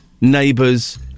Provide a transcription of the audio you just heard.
neighbors